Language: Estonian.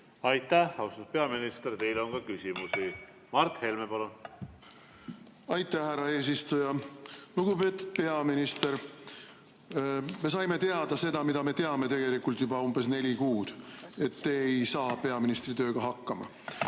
Aitäh! Austatud peaminister, teile on ka küsimusi. Mart Helme, palun! Aitäh, härra eesistuja! Lugupeetud peaminister! Me saime teada seda, mida me teame tegelikult juba umbes neli kuud: te ei saa peaministri tööga hakkama.